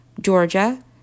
Georgia